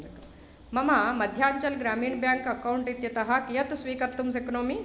मम मध्याञ्चलः ग्रामीणं बेङ्क् अकौण्ट् इत्यतः कियत् स्वीकर्तुं शक्नोमि